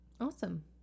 Awesome